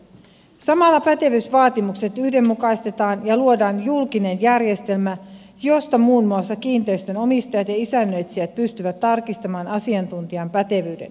samalla pätevyysvaatimukset yhdenmukaistetaan ja luodaan julkinen järjestelmä josta muun muassa kiinteistönomistajat ja isännöitsijät pystyvät tarkistamaan asiantuntijan pätevyyden